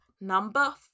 number